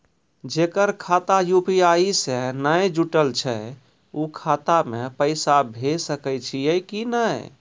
जेकर खाता यु.पी.आई से नैय जुटल छै उ खाता मे पैसा भेज सकै छियै कि नै?